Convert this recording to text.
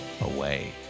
away